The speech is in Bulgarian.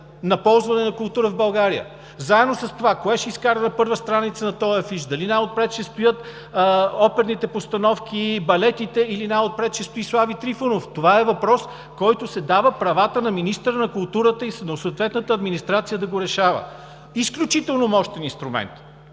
на ползване на култура в България. Заедно с това, кое ще изкара на първа страница на тоя афиш – дали най-отпред ще стоят оперните постановки, балетите, или най-отпред ще стои Слави Трифонов? Това е въпрос, който се дава в правата на министъра на културата и на съответната администрация да го решава – изключително мощен инструмент,